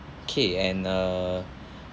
okay and uh